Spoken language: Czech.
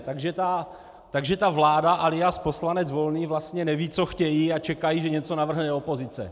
Takže vláda, alias poslanec Volný, vlastně neví, co chtějí, a čekají, že něco navrhne opozice.